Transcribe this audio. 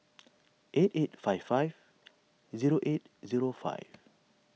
eight eight five five zero eight zero five